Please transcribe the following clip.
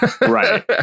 right